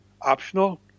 optional